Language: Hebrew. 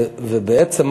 ובעצם,